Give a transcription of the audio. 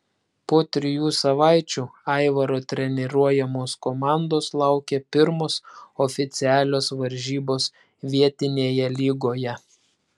po trijų savaičių aivaro treniruojamos komandos laukė pirmos oficialios varžybos vietinėje lygoje